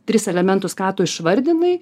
tris elementus ką tu išvardinai